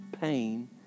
pain